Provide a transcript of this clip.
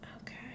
Okay